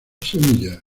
semillas